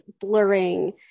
blurring